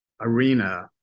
arena